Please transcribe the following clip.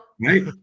right